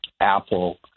Apple